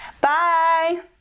Bye